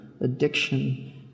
addiction